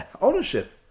ownership